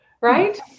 right